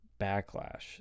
backlash